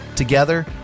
Together